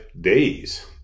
days